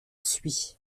suit